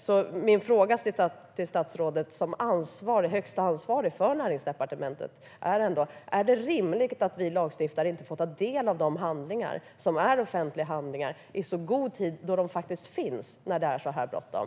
Jag har en fråga till statsrådet som högsta ansvarig för Näringsdepartementet: Är det rimligt att vi lagstiftare inte får ta del av de handlingar som är offentliga handlingar i god tid och som faktiskt finns när det är så bråttom?